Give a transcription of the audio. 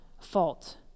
fault